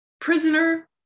prisoner